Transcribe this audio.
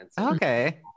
Okay